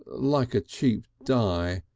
like a cheap dye,